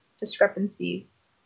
discrepancies